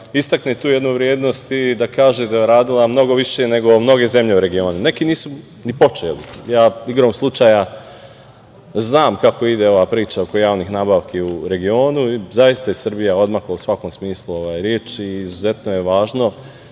istakne tu jednu vrednost i da kaže da je uradila mnogo više, nego mnoge zemlje u regionu. Neki nisu ni počeli. Igrom slučaja znam kako ide ova priča oko javnih nabavki u regionu i zaista je Srbija odmakla u svakom smislu reči i izuzetno je važno